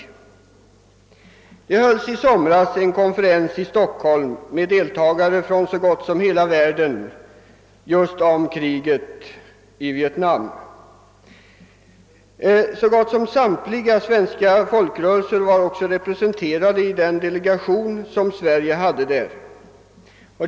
I somras hölls en stor konferens i Stockholm med deltagare från så gott som hela världen om kriget i Vietnam. Praktiskt taget samtliga svenska folkrörelser var representerade i den svenska delegationen vid konferensen.